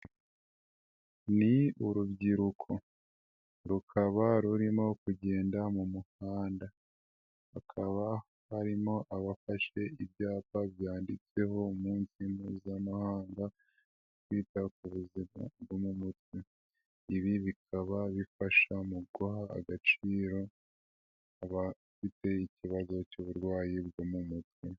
Ni urubyiruko rukaba rurimo kugenda mu muhanda, hakaba harimo abafashe ibyapa byanditseho umunsi mpuzamahanga kwita ku buzima bwo mu mutwe, ibi bikaba bifasha mu guha agaciro abafite ikibazo cy'uburwayi bwo mu mutwe.